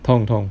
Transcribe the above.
痛痛